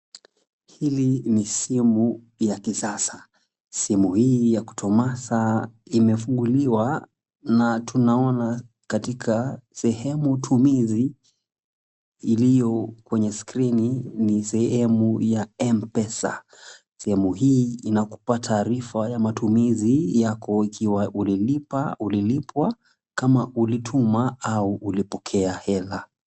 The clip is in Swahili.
Hili ni simu ya kisasa. Simu hii ya kutuma pesa imefunguliwa na tunaona katika sehemu tumizi iliyo kwenye skrini ni sehemu ya M-pesa. Sehemu hii inakupa taarifa ya matumizi yako ikiwa ulilipa, ulilipwa, kama ulituma au ulipokea hela.